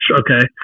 okay